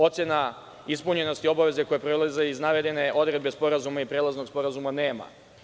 Ocena ispunjenosti obaveze koje proizlaze iz navedene odredbe sporazuma i prelaznog sporazuma nema.